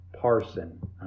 parson